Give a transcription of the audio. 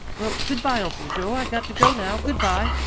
well, good-bye, uncle joe, i got to go now. good-bye!